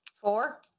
Four